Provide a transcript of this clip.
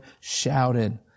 shouted